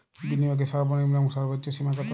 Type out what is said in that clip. বিনিয়োগের সর্বনিম্ন এবং সর্বোচ্চ সীমা কত?